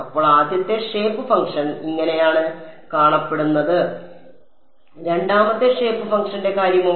അപ്പോൾ ആദ്യത്തെ shape function ഇങ്ങനെയാണ് കാണപ്പെടുന്നത് രണ്ടാമത്തെ ഷേപ്പ് ഫംഗ്ഷന്റെ കാര്യമോ